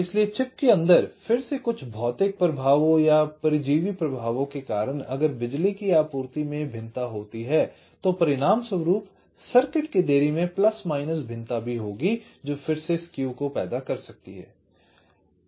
इसलिए चिप के अंदर फिर से कुछ भौतिक प्रभाव या परजीवी प्रभाव के कारण अगर बिजली की आपूर्ति में भिन्नता होती है तो परिणामस्वरूप सर्किट की देरी में प्लस माइनस भिन्नता भी होगी जो फिर से स्केव को पैदा कर सकती है